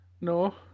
No